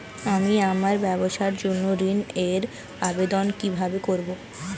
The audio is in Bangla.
আমি আমার ব্যবসার জন্য ঋণ এর আবেদন কিভাবে করব?